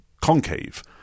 concave